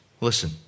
Listen